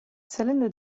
salendo